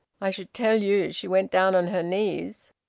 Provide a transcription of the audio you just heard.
i should tell you she went down on her knees.